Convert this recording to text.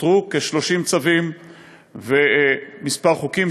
נותרו כ-30 צווים וכמה חוקים,